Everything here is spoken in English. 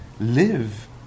live